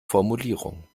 formulierung